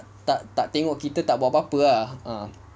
tak tengok kita tak buat apa-apa ah ah